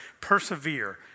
Persevere